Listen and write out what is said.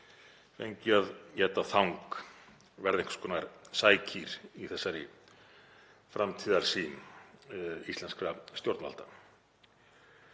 fengju að éta þang, verða einhvers konar sækýr í þessari framtíðarsýn íslenskra stjórnvalda.